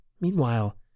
Meanwhile